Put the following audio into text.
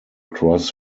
cross